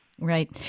Right